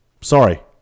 sorry